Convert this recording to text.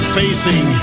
facing